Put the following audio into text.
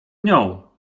nią